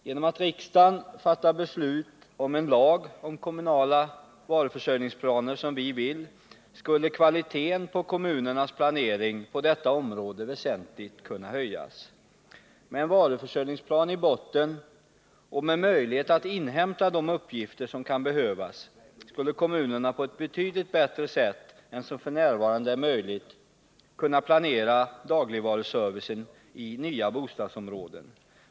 Genom att riksdagen fattar beslut om en lag om kommunala varuförsörjningsplaner, som vi önskar, skulle kvaliteten på kommunernas planering på detta område väsentligt kunna höjas. Med en varuförsörjningsplan i botten och med möjlighet att inhämta de uppgifter som kan behövas skulle kommunerna på ett betydligt bättre sätt än som f. n. är möjligt kunna planera dagligvaruservicen i nya bostadsområden.